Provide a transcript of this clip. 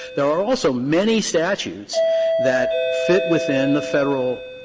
there are also many statutes that fit within the federal